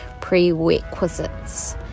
prerequisites